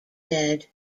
said